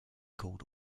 called